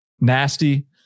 nasty